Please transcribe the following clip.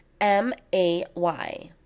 M-A-Y